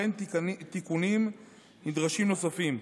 וכן תיקונים נדרשים נוספים.